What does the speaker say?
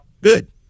good